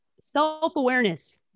Self-awareness